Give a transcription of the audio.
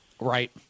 Right